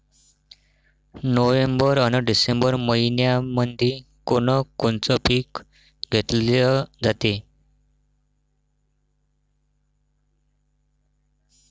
November अन December मइन्यामंधी कोण कोनचं पीक घेतलं जाते?